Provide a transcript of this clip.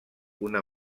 una